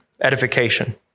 Edification